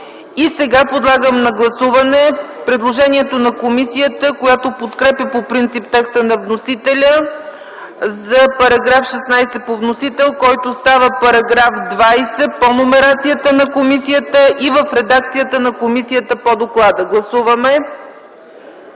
прието. Подлагам на гласуване предложението на комисията, която подкрепя по принцип текста на вносителя за § 16 по вносител, който става § 20 по номерацията на комисията и в редакцията на комисията по доклада. Гласували